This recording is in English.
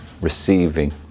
receiving